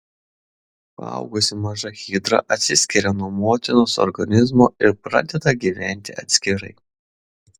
paaugusi maža hidra atsiskiria nuo motinos organizmo ir pradeda gyventi atskirai